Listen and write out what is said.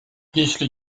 jeśli